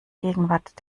gegenwart